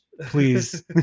Please